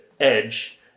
edge